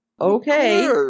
Okay